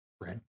red